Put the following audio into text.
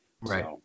Right